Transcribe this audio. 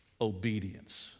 obedience